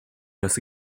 los